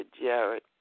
Jared